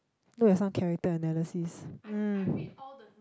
look at some character analysis um